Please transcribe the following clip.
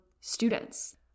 students